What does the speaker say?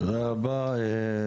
תודה רבה.